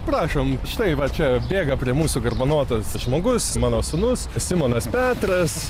prašom štai va čia bėga prie mūsų garbanotas žmogus mano sūnus simonas petras